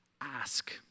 ask